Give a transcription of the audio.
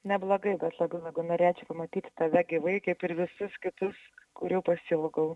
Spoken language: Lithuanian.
neblogai bet labai labai norėčiau pamatyti tave gyvai kaip ir visus kitus kurių pasiilgau